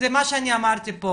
ואת מה שאמרתי פה